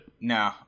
no